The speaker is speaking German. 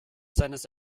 seines